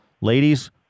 Ladies